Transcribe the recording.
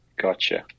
Gotcha